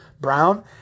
Brown